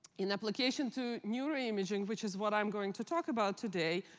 in application to neuro-imaging, which is what i'm going to talk about today,